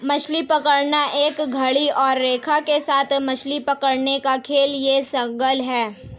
मछली पकड़ना एक छड़ी और रेखा के साथ मछली पकड़ने का खेल या शगल है